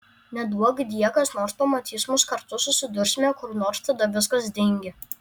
neduokdie kas nors pamatys mus kartu susidursime kur nors tada viskas dingę